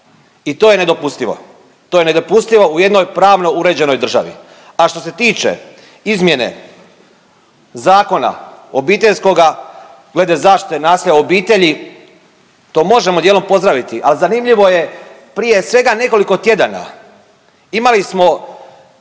i to je nedopustivo. To je nedopustivo u jednoj pravno uređenoj državi, a što se tiče izmjene zakona obiteljskoga glede zaštite nasilja u obitelji to možemo dijelom pozdraviti, ali zanimljivo je prije svega nekoliko tjedana imali smo